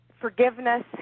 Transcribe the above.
forgiveness